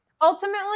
ultimately